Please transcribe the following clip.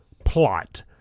plot